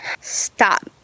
stop